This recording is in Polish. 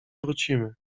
wrócimy